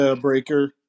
Breaker